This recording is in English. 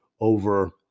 over